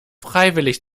freiwillig